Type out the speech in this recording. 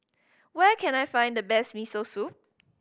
where can I find the best Miso Soup